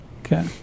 Okay